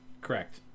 Correct